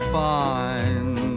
fine